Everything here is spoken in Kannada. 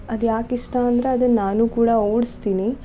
ಅದು ಯಾಕೆ ಇಷ್ಟ ಅಂದರೆ ಅದನ್ನು ನಾನೂ ಕೂಡ ಓಡಿಸ್ತೀನಿ